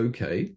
Okay